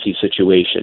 situation